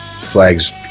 Flag's